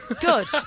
Good